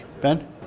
Ben